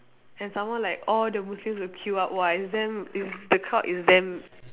and some more like all the muslims will queue up !wah! it's damn it's the crowd is damn